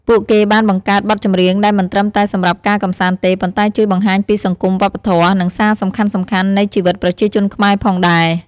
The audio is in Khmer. ពួកគេបានបង្កើតបទចម្រៀងដែលមិនត្រឹមតែសម្រាប់ការកម្សាន្តទេ ប៉ុន្តែជួយបង្ហាញពី សង្គម, វប្បធម៌ និងសារសំខាន់ៗនៃជីវិតប្រជាជនខ្មែរផងដែរ។